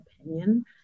opinion